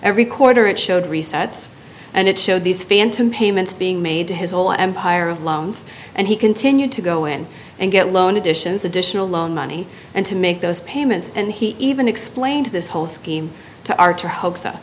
every quarter it showed resets and it showed these phantom payments being made to his all empire of loans and he continued to go in and get loan additions additional money and to make those payments and he even explained this whole scheme to arthur ho